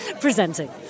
presenting